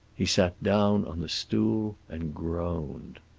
he sat down on the stool and groaned.